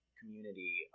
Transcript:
community